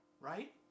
right